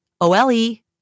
O-L-E